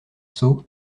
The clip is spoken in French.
seau